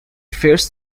first